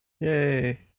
Yay